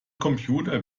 computer